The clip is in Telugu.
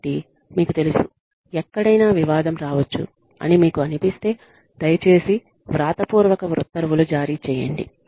కాబట్టి మీకు తెలుసు ఎక్కడైనా వివాదం రావచ్చు అని మీకు అనిపిస్తే దయచేసి వ్రాతపూర్వక ఉత్తర్వులు జారీ చేయండి